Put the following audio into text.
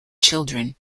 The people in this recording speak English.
children